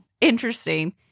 interesting